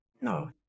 no